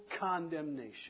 condemnation